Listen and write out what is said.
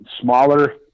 smaller